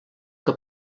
que